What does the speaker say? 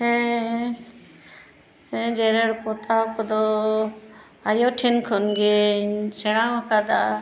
ᱦᱮᱸ ᱡᱮᱨᱮᱲ ᱯᱚᱛᱟᱣ ᱠᱚᱫᱚ ᱟᱭᱳ ᱴᱷᱮᱱ ᱠᱷᱚᱱ ᱜᱮᱧ ᱥᱮᱬᱟᱣ ᱟᱠᱟᱫᱟ